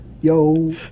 Yo